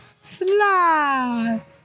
Slide